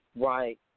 Right